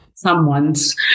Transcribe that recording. someone's